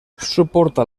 suporta